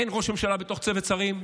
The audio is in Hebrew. אין ראש ממשלה בתוך צוות שרים,